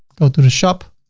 go to the shop.